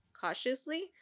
cautiously